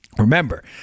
Remember